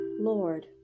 Lord